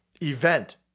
event